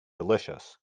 delicious